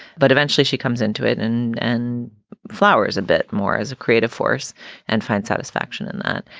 but eventually she comes into it and and flowers a bit more as a creative force and find satisfaction in that.